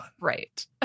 Right